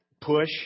push